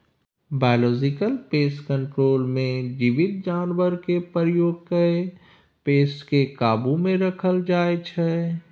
biological pest control मे जीबित जानबरकेँ प्रयोग कए पेस्ट केँ काबु मे राखल जाइ छै